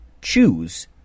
choose